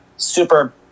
super